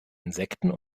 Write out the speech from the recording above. insekten